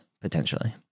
potentially